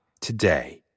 today